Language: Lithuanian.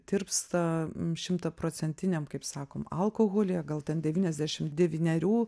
tirpsta šimtaprocentiniam kaip sakom alkoholyje gal ten devyniasdešim devynerių